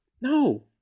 No